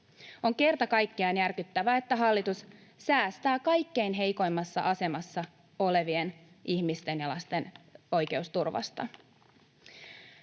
On kerta kaikkiaan järkyttävää, että hallitus säästää kaikkein heikoimmassa asemassa olevien ihmisten ja lasten oikeusturvasta.